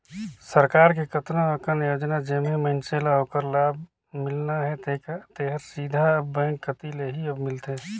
सरकार के कतनो अकन योजना जेम्हें मइनसे ल ओखर लाभ मिलना हे तेहर सीधा अब बेंक कति ले ही अब मिलथे